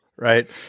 Right